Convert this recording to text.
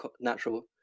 natural